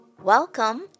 welcome